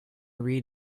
read